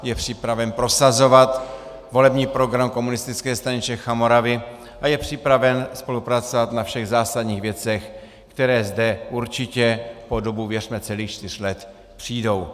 Je připraven prosazovat volební program Komunistické strany Čech a Moravy a je připraven spolupracovat na všech zásadních věcech, které zde určitě po dobu, věřme, celých čtyř let přijdou.